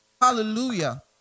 Hallelujah